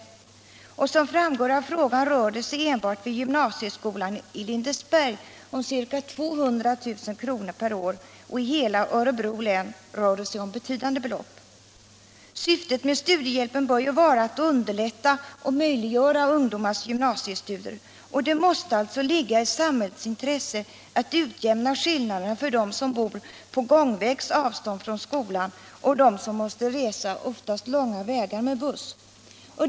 Som framgår av frågan rör det sig enbart vid gymnasieskolan i Lindesberg om ca 200 000 kr. per år, och i hela Örebro län rör det sig om betydande belopp. Syftet med studiehjälpen bör ju vara att underlätta och möjliggöra ungdomars gymnasiestudier. Det måste alltså ligga i samhällets intresse att utjämna skillnaderna mellan dem som bor på gångvägs avstånd från skolan och dem som måste resa oftast långa vägar med buss.